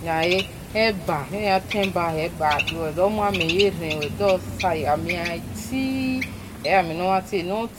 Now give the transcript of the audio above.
Na-le eba bhe naya tenhahe uwe gha muel mehe men ye-ren amen ga-ti e e eya-amen nomhan tee ogha